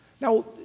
Now